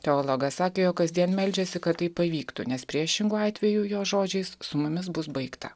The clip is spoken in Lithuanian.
teologas sakė jog kasdien meldžiasi kad tai pavyktų nes priešingu atveju jo žodžiais su mumis bus baigta